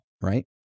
right